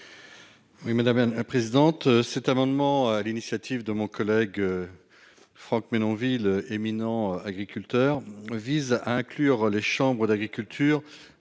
Oui madame. Ah présidente cet amendement à l'initiative de mon collègue. Franck Menonville éminent agriculteurs vise à inclure les chambres d'agriculture